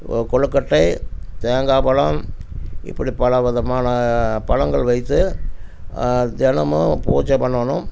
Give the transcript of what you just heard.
ஓ கொழுக்கட்டை தேங்காய் பழம் இப்படி பல விதமான பழங்கள் வைத்து தினமும் பூஜை பண்ணனும்